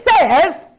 says